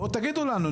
בואו תגידו לנו,